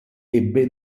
ebbe